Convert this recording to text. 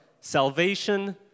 salvation